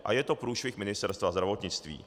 A je to průšvih Ministerstva zdravotnictví.